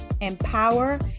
empower